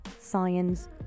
science